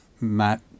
Matt